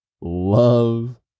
love